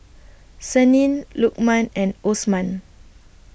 Senin Lukman and Osman